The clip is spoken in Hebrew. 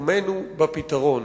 מקומנו בפתרון,